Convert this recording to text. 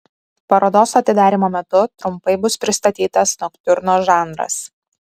parodos atidarymo metu trumpai bus pristatytas noktiurno žanras